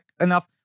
enough